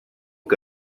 que